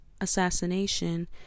assassination